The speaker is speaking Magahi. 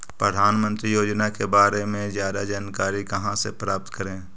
प्रधानमंत्री योजना के बारे में जादा जानकारी कहा से प्राप्त करे?